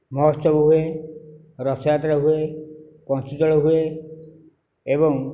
ମହୋତ୍ସବ ହୁଏ ରଥଯାତ୍ରା ହୁଏ ପଞ୍ଚୁ ଦୋଳ ହୁଏ ଏବଂ